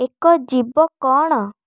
ଏକ ଜୀବ କ'ଣ